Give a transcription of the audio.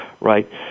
right